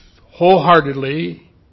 wholeheartedly